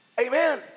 Amen